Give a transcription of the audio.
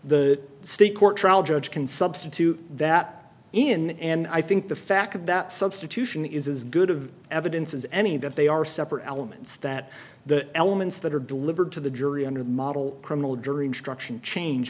the state court trial judge can substitute that in and i think the fact that substitution is as good of evidence as any that they are separate elements that the elements that are delivered to the jury under the model criminal jury instruction change